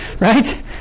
right